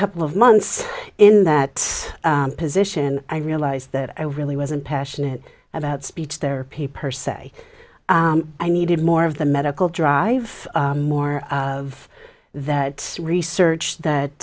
couple of months in that position i realized that i really wasn't passionate about speech therapy person i needed more of the medical dr more of that research that